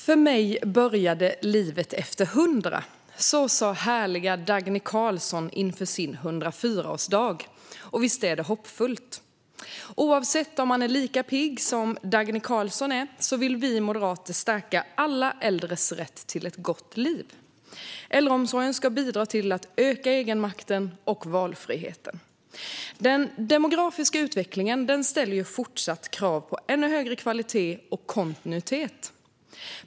Fru talman! För mig började livet efter 100. Så sa härliga Dagny Carlsson inför sin 104-årsdag. Visst är det hoppfullt! Vi moderater vill stärka alla äldres rätt till ett gott liv oavsett om man är lika pigg som Dagny Carlsson eller inte. Äldreomsorgen ska bidra till att öka egenmakten och valfriheten. Den demografiska utvecklingen ställer fortsatta krav på ännu högre kvalitet och kontinuitet.